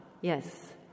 yes